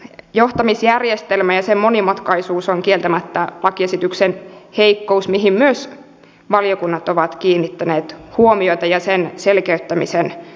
johtamisjärjestelmä ja sen monimutkaisuus on kieltämättä lakiesityksen heikkous mihin myös valiokunnat ovat kiinnittäneet huomiota ja sen selkeyttämisen tarpeeseen